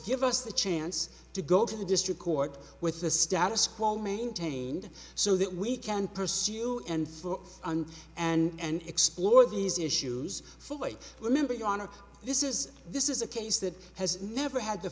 give us the chance to go to the district court with the status quo maintained so that we can pursue and so on and explore these issues fully remember your honor this is this is a case that has never had the